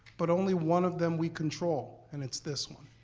but only one of them we control and it's this one.